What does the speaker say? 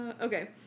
Okay